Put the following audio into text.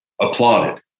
applauded